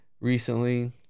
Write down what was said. recently